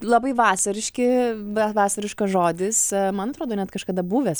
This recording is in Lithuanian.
labai vasariški be vasariškas žodis man atrodo net kažkada buvęs